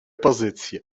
pozycję